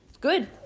good